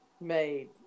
made